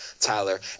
Tyler